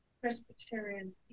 Presbyterian